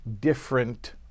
different